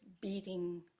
beating